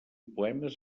poemes